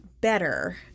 better